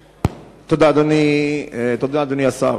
תודה, אדוני השר.